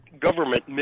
government